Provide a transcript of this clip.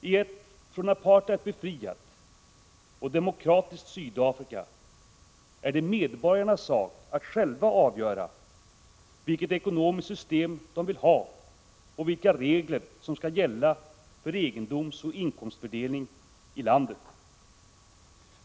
I ett från apartheid befriat och demokratiskt Sydafrika är det medborgarnas sak att själva avgöra vilket ekonomiskt system de vill ha och vilka regler som skall gälla för egendomsoch inkomstfördelningen i landet.